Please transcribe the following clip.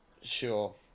Sure